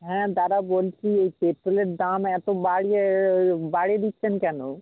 হ্যাঁ দাদা বলছি এই পেট্রোলের দাম এত বাড়িয়ে বাড়িয়ে দিচ্ছেন কেনো